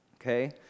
okay